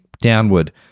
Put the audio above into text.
downward